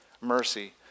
mercy